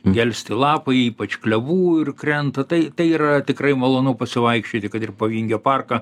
gelsti lapai ypač klevų ir krenta tai tai yra tikrai malonu pasivaikščioti kad ir po vingio parką